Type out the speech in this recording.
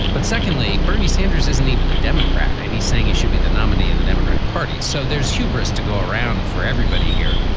but secondly, bernie sanders isn't even a democrat. and he's saying he should be the nominee of the democratic party. so there's hubris to go around for everybody here.